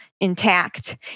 intact